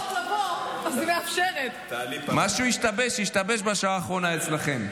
משהו השתבש, השתבש בשעה האחרונה אצלכם.